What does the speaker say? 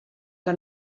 que